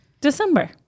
december